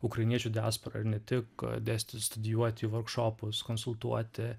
ukrainiečių diaspora ir ne tik dėstyt studijuoti į vorkšopus konsultuoti